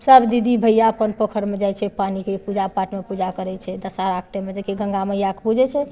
सब दीदी भैया अपन पोखरिमे जाइ छै पानिके पूजापाठमे पूजा करै छै दशहरामे देखियौ गंगा मैयाके पूजै छै